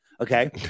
Okay